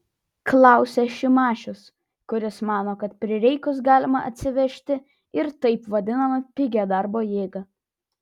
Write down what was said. klausia šimašius kuris mano kad prireikus galima atsivežti ir taip vadinamą pigią darbo jėgą